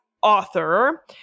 author